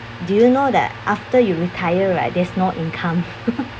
do you know that after you retire right there's no income